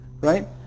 Right